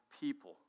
people